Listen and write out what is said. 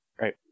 Right